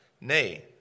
Nay